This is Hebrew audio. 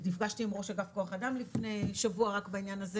נפגשתי עם ראש אגף כוח אדם לפני שבוע בעניין הזה